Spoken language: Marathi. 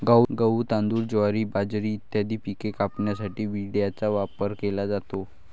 गहू, तांदूळ, ज्वारी, बाजरी इत्यादी पिके कापण्यासाठी विळ्याचा वापर केला जातो